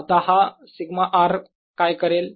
आता हा σ r काय करेल